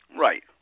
Right